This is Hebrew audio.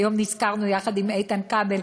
והיום נזכרנו יחד עם איתן כבל,